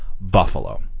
buffalo